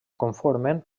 conformen